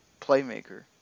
playmaker